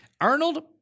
Arnold